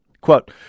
Quote